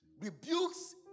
rebukes